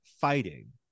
fighting